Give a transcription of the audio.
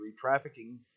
Trafficking